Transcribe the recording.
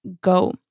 go